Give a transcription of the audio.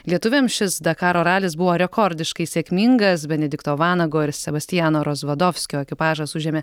lietuviam šis dakaro ralis buvo rekordiškai sėkmingas benedikto vanago ir sebastiano rozvadovskio ekipažas užėmė